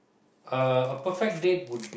uh a perfect date would be